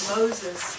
Moses